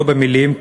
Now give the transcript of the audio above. לא במילים,